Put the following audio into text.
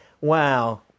Wow